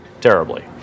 terribly